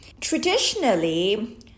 Traditionally